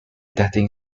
dating